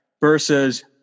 Versus